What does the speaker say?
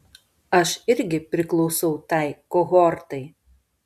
aš irgi priklausau tai kohortai